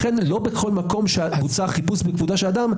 לכן לא בכל מקום שבוצע חיפוש בכבודת אדם,